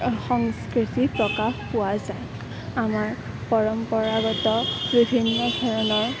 সংস্কৃতি প্ৰকাশ পোৱা যায় আমাৰ পৰম্পৰাগত বিভিন্ন ধৰণৰ